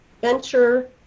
venture